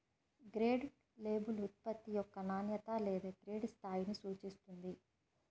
grade label ఉత్పత్తి యొక్క నాణ్యత లేదా గ్రేడ్ స్థాయిని సూచిస్తుంది